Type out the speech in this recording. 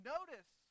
Notice